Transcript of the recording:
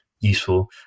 useful